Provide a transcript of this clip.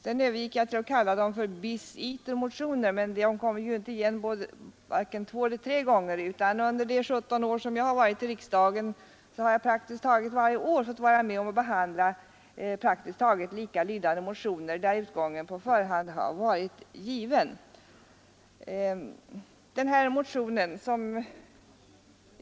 Sedan övergick jag till att kalla dem för bis iter-motioner, men de kommer ju inte igen bara två eller tre gånger; under de 17 år som jag varit i riksdagen har jag praktiskt taget varje år fått vara med om att behandla så gott som likalydande motioner där utgången på förhand har varit given.